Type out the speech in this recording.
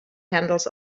handles